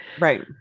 right